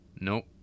Nope